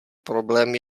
problém